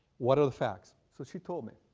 what are the facts? so she told me.